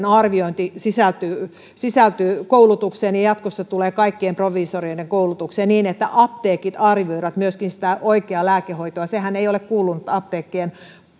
arviointi sisältyy sisältyy koulutukseen ja jatkossa tulee kaikkien proviisoreiden koulutukseen niin että apteekit arvioivat myöskin sitä oikeaa lääkehoitoa sehän ei ole kuulunut apteekkien